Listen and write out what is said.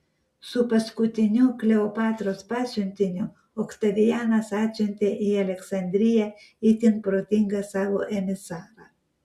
su paskutiniu kleopatros pasiuntiniu oktavianas atsiuntė į aleksandriją itin protingą savo emisarą